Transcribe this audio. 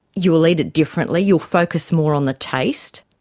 you will eat it differently, you'll focus more on the taste.